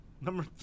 Number